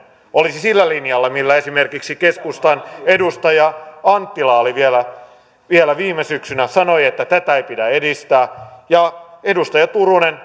olisi sillä linjalla millä esimerkiksi keskustan edustaja anttila oli vielä vielä viime syksynä sanoi että tätä ei pidä edistää ja edustaja turunen